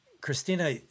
Christina